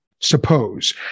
suppose